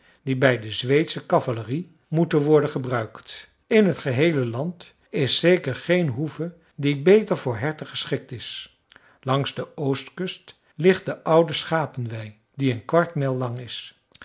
die bij de zweedsche kavallerie moeten worden gebruikt in het geheele land is zeker geen hoeve die beter voor herten geschikt is langs de oostkust ligt de oude schapenwei die een kwart mijl lang is